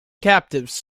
captives